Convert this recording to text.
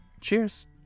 Cheers